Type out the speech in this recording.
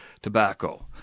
tobacco